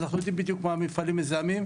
אנחנו יודעים בדיוק מה המפעלים המזהמים.